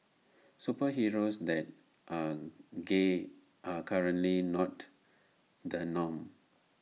superheroes that are gay are currently not the norm